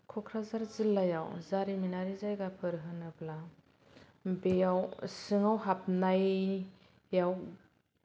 क'क्राझार जिल्लायाव जारिमिनारि जायगाफोर होनोब्ला बेयाव सिङाव हाबनायाव